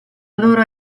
loro